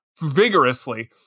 vigorously